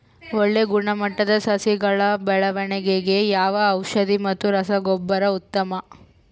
ಒಳ್ಳೆ ಗುಣಮಟ್ಟದ ಸಸಿಗಳ ಬೆಳವಣೆಗೆಗೆ ಯಾವ ಔಷಧಿ ಮತ್ತು ರಸಗೊಬ್ಬರ ಉತ್ತಮ?